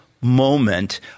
moment